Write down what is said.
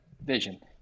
vision